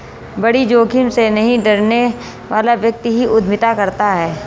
बड़ी जोखिम से नहीं डरने वाला व्यक्ति ही उद्यमिता करता है